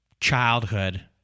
childhood